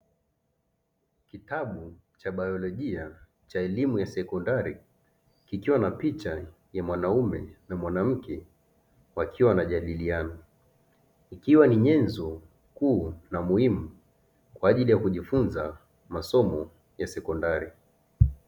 Kitabu cha biolojia cha elimu ya sekondari kikiwa na picha ya mwanaume na mwanamke wakiwa wanajadiliana, ikiwa ni nyenzo kuu na muhimu kwa ajili ya kujifunza masomo ya sekondari.